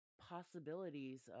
possibilities